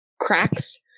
cracks